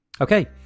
Okay